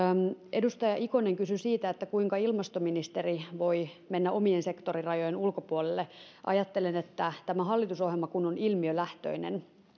edustaja ikonen kysyi siitä kuinka ilmastoministeri voi mennä omien sektorirajojensa ulkopuolelle ajattelen että kun tämä hallitusohjelma on ilmiölähtöinen